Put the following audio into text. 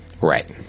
Right